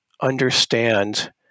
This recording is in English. understand